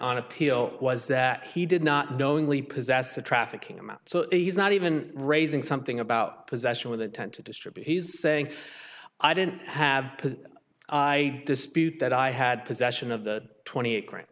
on appeal was that he did not knowingly possess a trafficking amount so he's not even raising something about possession with intent to distribute he's saying i didn't have because i dispute that i had possession of the twenty eight gra